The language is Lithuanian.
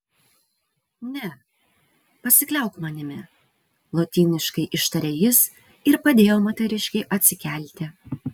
ne pasikliauk manimi lotyniškai ištarė jis ir padėjo moteriškei atsikelti